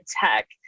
tech